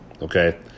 Okay